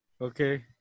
okay